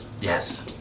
Yes